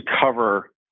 cover